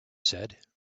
said